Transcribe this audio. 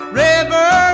river